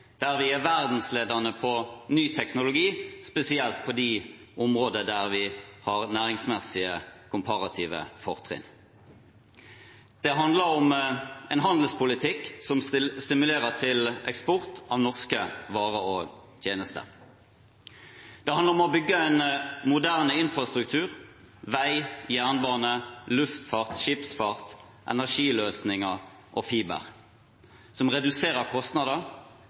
der vi er verdensledende på ny teknologi, spesielt på de områdene der vi har næringsmessige komparative fortrinn. Det handler om en handelspolitikk som stimulerer til eksport av norske varer og tjenester. Det handler om å bygge en moderne infrastruktur, vei, jernbane, luftfart, skipsfart, energiløsninger og fiber, som reduserer kostnader,